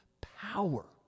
power